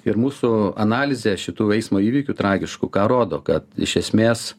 ir mūsų analizė šitų eismo įvykių tragiškų ką rodo kad iš esmės